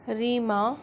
Rima